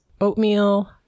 oatmeal